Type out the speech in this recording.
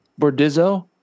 Bordizzo